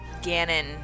Ganon